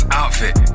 outfit